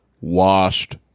Washed